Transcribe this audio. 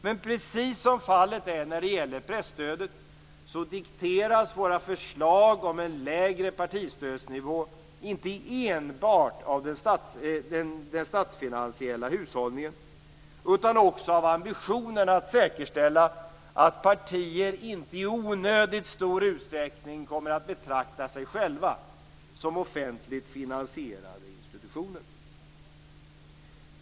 Men precis som fallet är när det gäller presstödet dikteras våra förslag om en lägre partistödsnivå inte enbart av den statsfinansiella hushållningen utan också av ambitionen att säkerställa att partier inte i onödigt stor utsträckning kommer att betrakta sig själva som offentligt finansierade institutioner.